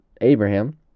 Abraham